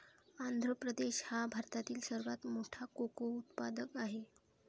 आंध्र प्रदेश हा भारतातील सर्वात मोठा कोको उत्पादक आहे